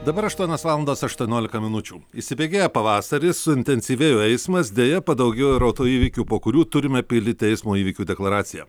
dabar aštuonios valandos aštuoniolika minučių įsibėgėja pavasaris suintensyvėjo eismas deja padaugėjo ir autoįvykių po kurių turime pildyti eismo įvykių deklaraciją